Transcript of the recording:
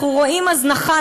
אנחנו רואים הזנחה,